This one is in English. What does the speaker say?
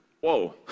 Whoa